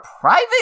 private